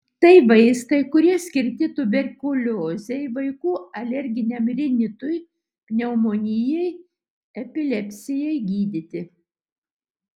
tai vaistai kurie skirti tuberkuliozei vaikų alerginiam rinitui pneumonijai epilepsijai gydyti